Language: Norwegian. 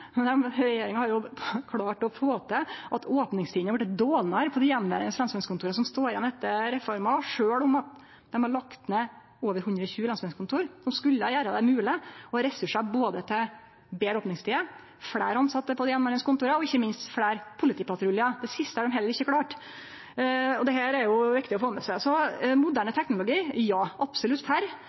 men regjeringa har jo klart å få til dårlegare opningstider på lensmannskontora som står igjen etter reforma, sjølv om dei har lagt ned over 120 lensmannskontor, noko som skulle gjere det mogleg å ha ressursar til både betre opningstider, fleire tilsette på dei kontora som er igjen, og ikkje minst fleire politipatruljar. Det siste har dei heller ikkje klart. Dette er det viktig å få med seg. Moderne teknologi: Ja, det er vi absolutt for. Det ville ha vore ein del av den reforma vi gjekk inn for